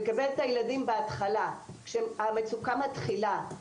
לקבל את הילדים בהתחלה כשהמצוקה מתחילה,